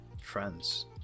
friends